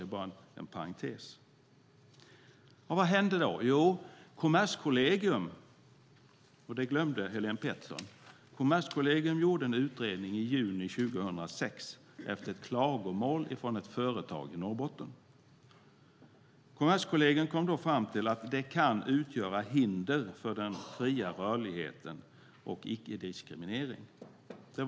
Det är bara en parentes. Vad händer då? Jo, Kommerskollegium, och det glömde Helén Pettersson, gjorde en utredning i juni 2006 efter ett klagomål från ett företag i Norrbotten. Kommerskollegium kom då fram till att det kan utgöra ett hinder för den fria rörligheten och vara ett brott mot icke-diskrimineringen.